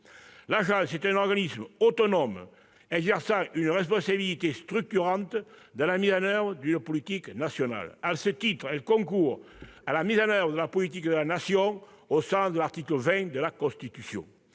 l'agence est un organisme autonome exerçant une responsabilité structurante dans la mise en oeuvre d'une politique nationale. À ce titre, elle concourt à la mise en oeuvre de la politique de la Nation au sens de l'article 20 de la Constitution.